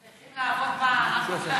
הם צריכים, מה?